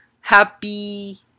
happy